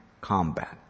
combat